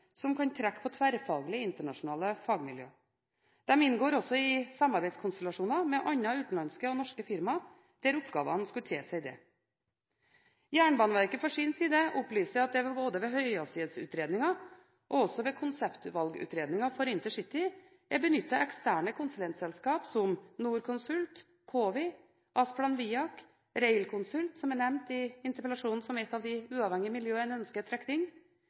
som kan trekke på tverrfaglige internasjonale fagmiljøer. De inngår også i samarbeidskonstellasjoner med andre utenlandske og norske firmaer, der oppgavene skulle tilsi det. Jernbaneverket opplyser på sin side at det både ved høyhastighetsutredninger og ved konseptvalgutredninger for intercity er benyttet eksterne konsulentselskap, som Norconsult, COWI, Asplan Viak, Railconsult – som er nevnt i interpellasjonen som ett uavhengig miljø en ønsker